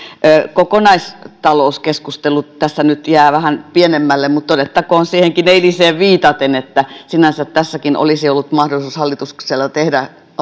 kokonaistalouskeskustelu tässä nyt jää vähän pienemmälle mutta todettakoon siihen eiliseenkin viitaten että sinänsä tässäkin olisi ollut mahdollisuus hallituksella tehdä